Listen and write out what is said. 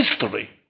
history